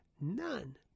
None